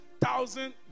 thousand